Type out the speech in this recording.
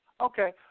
Okay